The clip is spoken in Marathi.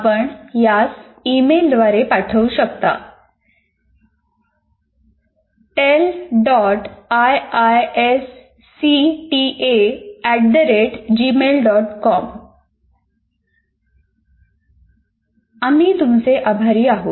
आपण यास ईमेलद्वारे पाठवू शकता आम्ही तुमचे आभारी आहोत